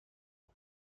کسی